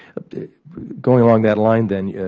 going along that line, then,